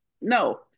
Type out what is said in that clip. No